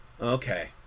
Okay